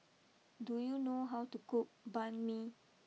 do you know how to cook Banh Mi